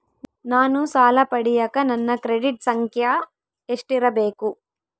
ನಾನು ಸಾಲ ಪಡಿಯಕ ನನ್ನ ಕ್ರೆಡಿಟ್ ಸಂಖ್ಯೆ ಎಷ್ಟಿರಬೇಕು?